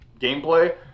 gameplay